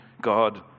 God